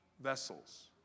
vessels